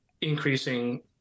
increasing